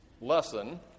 lesson